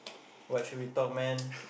what should we talk man